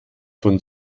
von